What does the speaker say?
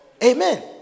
Amen